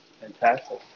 Fantastic